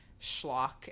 schlock